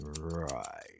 Right